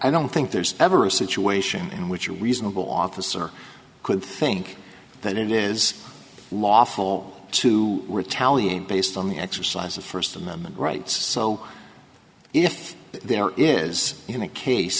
don't think there's ever a situation in which reasonable officer could think that it is lawful to retaliate based on the exercise of first amendment rights so if there is in a case